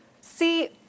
See